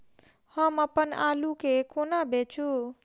हम अप्पन आलु केँ कोना बेचू?